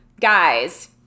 Guys